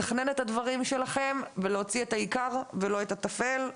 אנא תכננו את הדברים שלכם ותוציאו את העיקר ולא התפל.